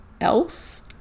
else